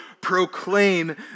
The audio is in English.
proclaim